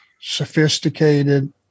sophisticated